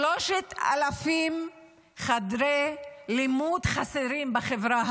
3,000 חדרי לימוד חסרים בחברה הערבית.